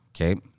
okay